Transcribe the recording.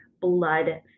blood